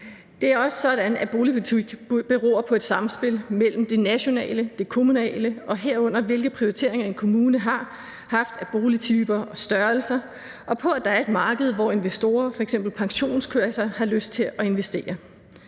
Det er også sådan, at boligpolitik beror på et samspil mellem det nationale og det kommunale, herunder hvilke prioriteringer en kommune har haft i forhold til boligtyper og -størrelser, og på, at der er et marked, hvor investorer, f.eks. pensionskasser, har lyst til at investere.